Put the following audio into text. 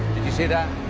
you see that